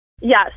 Yes